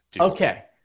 Okay